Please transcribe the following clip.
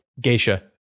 Geisha